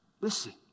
listen